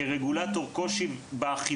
כרגולטור יש לי קושי באכיפה.